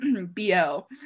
BO